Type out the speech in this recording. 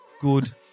good